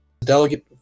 delegate